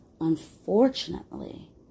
Unfortunately